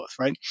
right